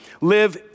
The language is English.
live